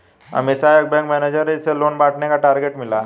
अमीषा एक bank manager है जिसे लोन बांटने का टारगेट मिला